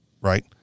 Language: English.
right